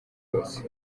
yose